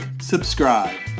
subscribe